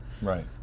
Right